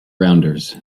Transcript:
rounders